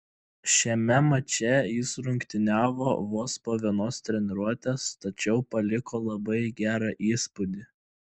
šiame mače jis rungtyniavo vos po vienos treniruotės tačiau paliko labai gerą įspūdį